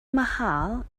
mahal